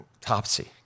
topsy